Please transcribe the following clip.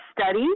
study